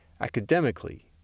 academically